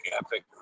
Epic